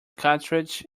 cartridge